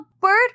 bird